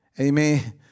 Amen